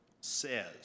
says